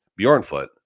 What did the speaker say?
Bjornfoot